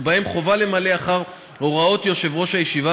ובהם חובה למלא אחר הוראות יושב-ראש הישיבה